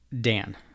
Dan